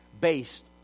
based